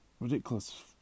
ridiculous